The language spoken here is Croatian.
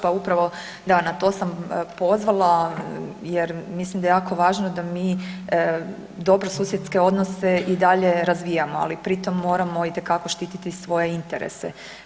Pa upravo da, na to sam pozvala jer mislim da je jako važno da mi dobrosusjedske odnose i dalje razvijamo, ali pritom moramo itekako štititi svoje interese.